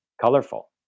colorful